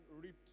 ripped